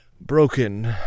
broken